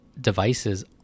devices